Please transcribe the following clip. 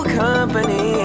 company